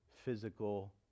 physical